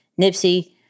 Nipsey